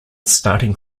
starting